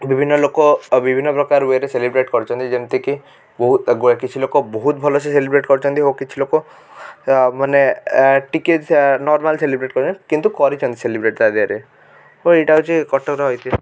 ବିଭିନ୍ନ ଲୋକ ଅ ବିଭିନ୍ନ ପ୍ରକାର ୱେରେ ସେଲିବ୍ରେଟ କରୁଛନ୍ତି ଯେମିତି କି ବହୁତ ଆଗୁଆ କିଛି ଲୋକ ବହୁତ ଭଲ ସେ ସେଲିବ୍ରେଟ କରୁଛନ୍ତି ଓ କିଛି ଲୋକ ମାନେ ଅ ଟିକେ ନର୍ମାଲ ସେଲିବ୍ରେଟ କରନ୍ତି କିନ୍ତୁ କରିଛନ୍ତି ସେଲିବ୍ରେଟ ତା ଦିହରେ ଓ ଏଇଟା ହେଉଛି କଟକ ଇତିହାସ